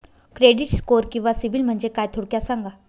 Credit score किंवा सिबिल म्हणजे काय? थोडक्यात सांगा